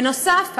בנוסף,